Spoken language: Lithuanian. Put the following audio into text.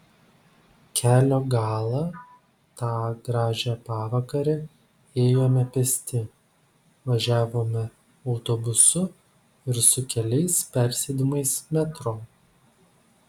kelio galą tą gražią pavakarę ėjome pėsti važiavome autobusu ir su keliais persėdimais metro